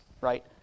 right